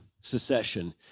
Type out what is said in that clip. secession